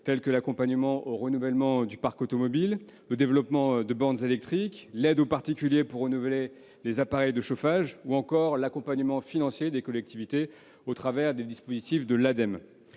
telles que l'accompagnement au renouvellement du parc automobile, le développement de bornes électriques, l'aide aux particuliers pour renouveler les appareils de chauffage, ou encore l'accompagnement financier des collectivités, au travers des dispositifs de l'Agence